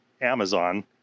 Amazon